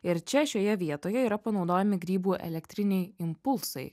ir čia šioje vietoje yra panaudojami grybų elektriniai impulsai